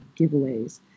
giveaways